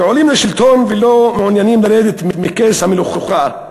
כשעולים לשלטון ולא מעוניינים לרדת מכס המלוכה,